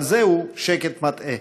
אבל זהו שקט מטעה.